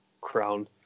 crown